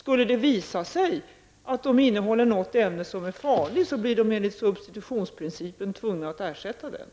Om det visar sig att förpackningarna innehåller något ämne som är farligt, blir företaget enligt substitutionsprincipen ersättningsskyldigt.